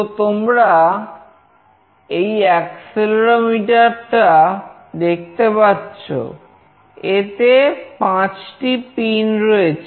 তো তোমরাই অ্যাক্সেলেরোমিটার টা দেখতে পাচ্ছ এতে পাঁচটি পিন রয়েছে